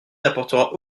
n’apportera